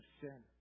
sin